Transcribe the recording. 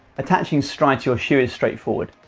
attaching stryd to your shoe is straightforward.